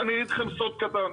עכשיו אני אגיד לכם סוד קטן.